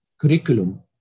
curriculum